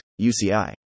UCI